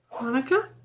Monica